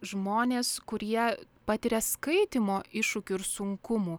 žmonės kurie patiria skaitymo iššūkių ir sunkumų